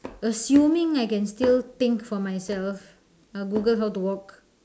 assuming I can still think for myself I will google how to walk